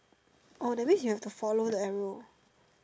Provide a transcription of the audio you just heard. oh that means you have to follow the arrow